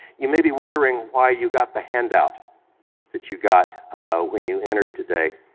you may be wondering why you got the handout that you got when you entered today.